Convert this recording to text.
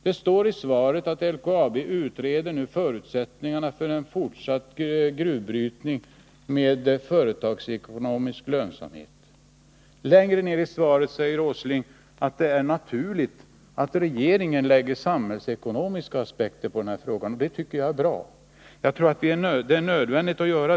Det står i svaret att LKAB nu utreder förutsättningarna för en fortsatt gruvbrytning med företagsekonomisk lönsamhet. Längre fram i svaret säger Nils Åsling att det är naturligt att regeringen lägger samhällsekonomiska aspekter på denna fråga. Det tycker jag är bra. Jag tror att det är nödvändigt.